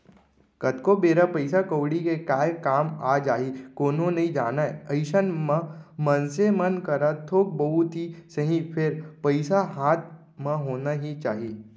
कतको बेर पइसा कउड़ी के काय काम आ जाही कोनो नइ जानय अइसन म मनसे मन करा थोक बहुत ही सही फेर पइसा हाथ म होना ही चाही